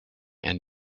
and